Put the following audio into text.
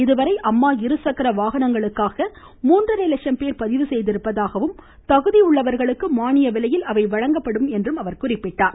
இதுவரை அம்மா இருசக்கர வாகனத்திற்காக மூன்றரை லட்சம் பேர் பதிவு செய்திருப்பதாகவும் தகுதி உள்ளவர்களுக்கு மானிய விலையில் அவை வழங்கப்படும் என்றும் குறிப்பிட்டார்